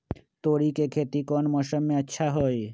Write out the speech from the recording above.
तोड़ी के खेती कौन मौसम में अच्छा होई?